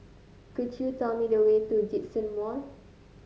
could you tell me the way to Djitsun Mall